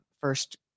first